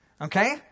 Okay